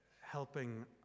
helping